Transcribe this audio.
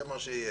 זה מה שיהיה.